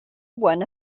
won